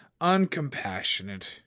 uncompassionate